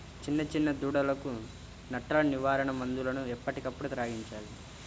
చిన్న చిన్న దూడలకు నట్టల నివారణ మందులను ఎప్పటికప్పుడు త్రాగించాలి